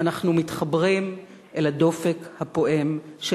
אנחנו מתחברים אל הדופק הפועם של